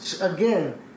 again